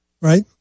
Right